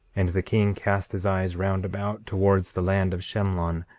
and the king cast his eyes round about towards the land of shemlon,